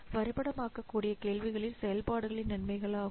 வரைபடமாக்கக்கூடிய கேள்விகளில் செயல்பாடுகளின் நன்மைகள் ஆகும்